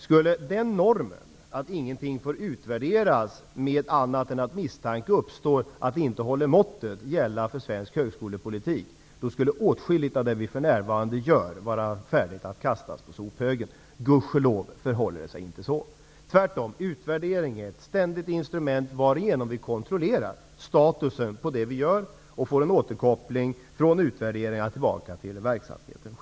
Om den normen, att ingenting får utvärderas om det inte finns misstanke om att det inte håller måttet, skulle gälla för svensk högskolepolitik, då skulle åtskilligt av det som vi för närvarande gör vara färdigt att kastas på sophögen. Gud ske lov så förhåller det sig inte på det sättet. Tvärtom är utvärdering ett ständigt instrument varigenom vi kontrollerar statusen på det som vi gör och får en återkoppling från utvärderingarna tillbaka till verksamheterna.